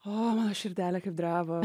o mano širdelė dreba